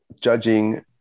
judging